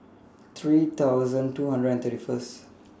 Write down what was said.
three thousand two hundred and thirty First